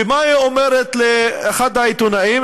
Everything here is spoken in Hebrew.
ומה היא אומרת לאחד מהעיתונאים?